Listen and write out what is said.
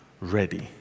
ready